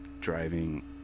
driving